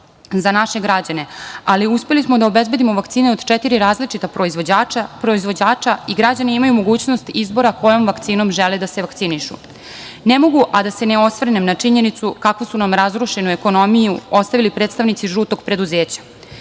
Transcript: za naše građane, ali uspeli smo da obezbedimo vakcine od četiri različita proizvođača i građani imaju mogućnost izbora kojom vakcinom žele da se vakcinišu. Ne mogu a da se ne osvrnem na činjenicu kako su nam razrušenu ekonomiju ostavili predstavnici žutog preduzeća,